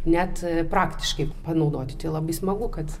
net praktiškai panaudoti tai labai smagu kad